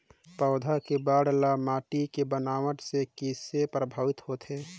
पौधा के बाढ़ ल माटी के बनावट से किसे प्रभावित होथे?